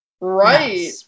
Right